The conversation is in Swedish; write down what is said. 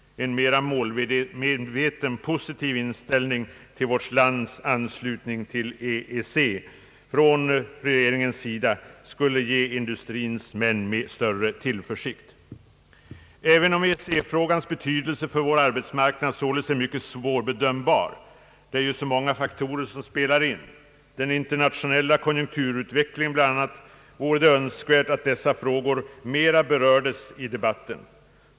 En mera målmedveten positiv inställning till vårt lands anslutning till EEC från regeringens sida skulle ge industrins män större tillförsikt. Även om EEC-frågans betydelse för vår arbetsmarknad således är mycket svårbedömbar — det är ju så många faktorer som spelar in, den internationella konjunkturutvecklingen bl.a. — vore det önskvärt att dessa frågor mera berördes i debatten.